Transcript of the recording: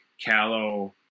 callow